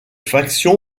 factions